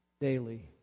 daily